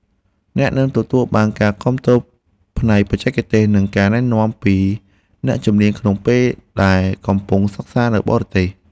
អ្នកនឹងទទួលបានការគាំទ្រផ្នែកបច្ចេកទេសនិងការណែនាំពីអ្នកជំនាញក្នុងពេលដែលកំពុងសិក្សានៅបរទេស។